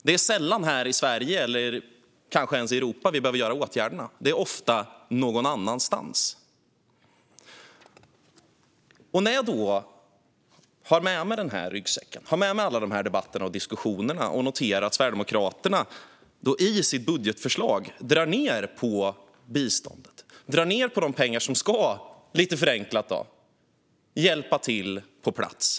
Det är sällan här i Sverige eller kanske ens i Europa som vi behöver göra åtgärderna. Det är ofta någon annanstans. Jag har med mig den här ryggsäcken, alla debatterna och diskussionerna, och noterar att Sverigedemokraterna i sitt budgetförslag drar ned på biståndet och de pengar som ska, lite förenklat, hjälpa till på plats.